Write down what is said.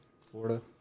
Florida